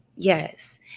Yes